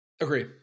Agree